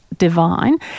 divine